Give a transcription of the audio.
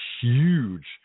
huge